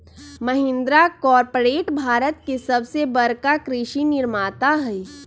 Mahindra corporate Bharat के सबसे बड़का कृषि निर्माता हई